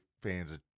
fans